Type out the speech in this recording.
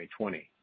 2020